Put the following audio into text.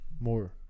more